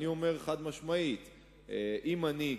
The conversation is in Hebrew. אני אומר חד-משמעית שאם אני,